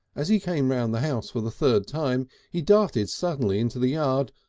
as he came round the house for the third time, he darted suddenly into the yard,